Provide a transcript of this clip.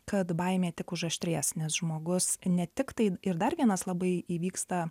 kad baimė tik už aštrės nes žmogus ne tiktai ir dar vienas labai įvyksta